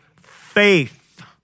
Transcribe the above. faith